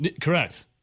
Correct